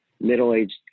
middle-aged